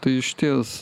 tai išties